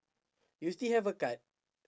you still have a card